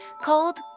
called